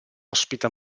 ospita